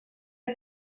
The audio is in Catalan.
amb